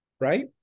right